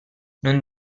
non